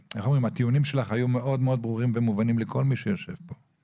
הטיעונים שלך היו מאוד מאוד ברורים ומובנים לכל מי שנמצא כאן.